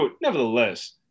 nevertheless